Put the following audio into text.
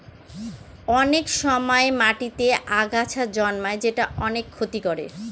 অনেক সময় মাটিতেতে আগাছা জন্মায় যেটা অনেক ক্ষতি করে